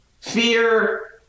fear